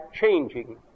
changing